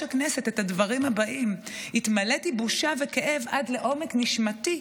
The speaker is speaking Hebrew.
הכנסת את הדברים הבאים: "התמלאתי בושה וכאב עד לעומק נשמתי,